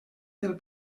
del